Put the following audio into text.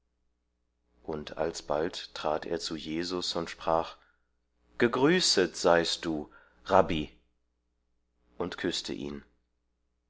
und alsbald trat er zu jesus und sprach gegrüßet seist du rabbi und küßte ihn